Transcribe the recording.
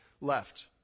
left